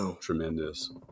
tremendous